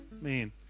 man